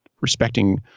respecting